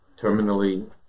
terminally